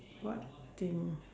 what thing